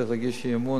צריך להגיש אי-אמון.